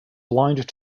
blind